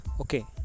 Okay